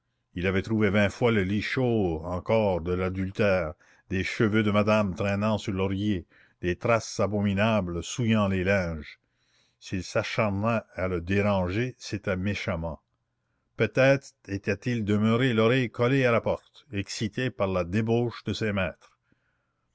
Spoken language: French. il avait trouvé vingt fois le lit chaud encore de l'adultère des cheveux de madame traînant sur l'oreiller des traces abominables souillant les linges s'il s'acharnait à le déranger c'était méchamment peut-être était-il demeuré l'oreille collée à la porte excité par la débauche de ses maîtres